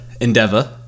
Endeavor